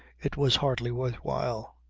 it was hardly worth while.